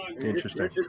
Interesting